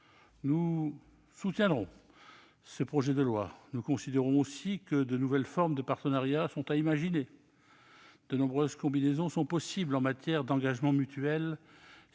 loi, le groupe Les Indépendants considère aussi que de nouvelles formes de partenariat sont à imaginer. De nombreuses combinaisons sont possibles en matière d'engagements mutuels